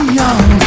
young